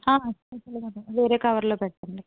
సంచిలో కాకుండా వేరే కవర్లో పెట్టండి